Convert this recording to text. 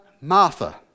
Martha